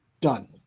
done